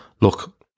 look